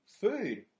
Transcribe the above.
food